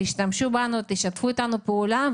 תשתמשו בנו, תשתפו איתנו פעולה.